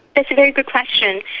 that's a very good question.